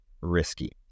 risky